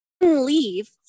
leave